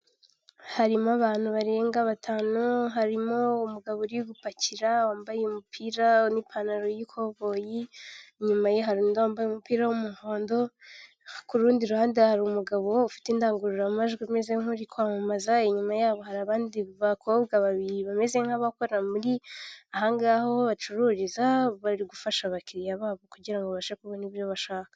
Harimo abantu barenga batanu harimo umugabo uri gupakira wambaye umupira n'ipantaro y'ikoboyi, inyuma harundi wambaye umupira w'umuhondo ku rundi ruhande har' umugabo ufite indangururamajwi amez nkuri kwamamaza, inyuma yabo hari abandi bakobwa babiri bameze nk'abakora mur' aho ngaho bacururiza bari gufasha abakiriya babo kugirango babashe kubona ibyo bashaka.